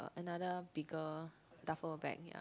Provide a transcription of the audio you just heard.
another bigger duffel bag ya